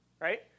right